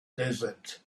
desert